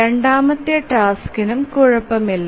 രണ്ടാമത്തെ ടാസ്ക്കിനും കുഴപ്പമില്ല